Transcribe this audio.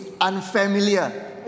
unfamiliar